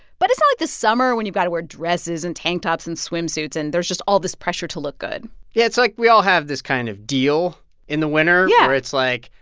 but it's not like the summer, when you got to wear dresses and tank tops and swimsuits and, there's just all this pressure to look good yeah, it's like we all have this kind of deal in the winter. yeah. where it's like,